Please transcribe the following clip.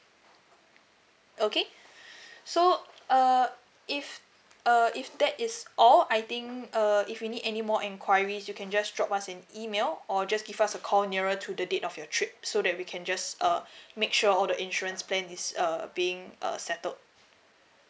okay so uh if uh if that is all I think uh if you need any more enquiries you can just drop us an email or just give us a call nearer to the date of your trip so that we can just uh make sure all the insurance plan is err being err settled